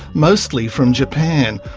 mostly from japan,